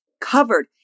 covered